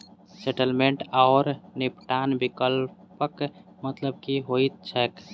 Settlement आओर निपटान विकल्पक मतलब की होइत छैक?